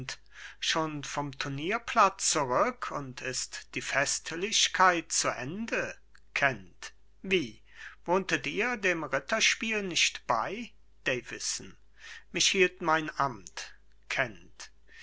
schon vom turnierplatz zurück und ist die festlichkeit zu ende kent wie wohntet ihr dem ritterspiel nicht bei davison mich hielt mein amt kent